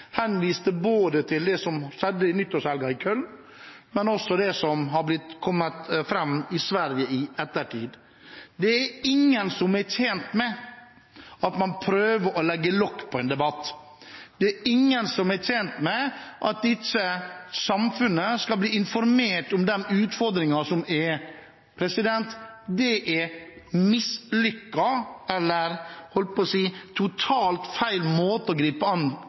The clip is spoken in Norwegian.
henviste til både det som skjedde i nyttårshelgen i Köln, og det som har kommet fram i Sverige i ettertid. Det er ingen som er tjent med at man prøver å legge lokk på en debatt. Det er ingen som er tjent med at samfunnet ikke skal bli informert om de utfordringene som er. Det er en mislykket eller totalt feil måte å gripe an